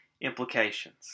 implications